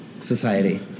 society